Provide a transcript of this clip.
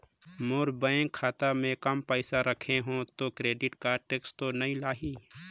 मोर bank खाता मे काम पइसा रखे हो तो क्रेडिट कारड टेक्स तो नइ लाही???